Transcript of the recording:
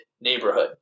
neighborhood